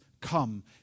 come